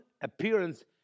appearance